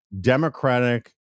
democratic